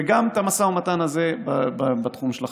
וגם את המשא ומתן הזה בתחום של החקלאות.